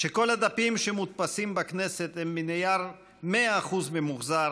שכל הדפים שמודפסים בכנסת הם מנייר 100% ממוחזר,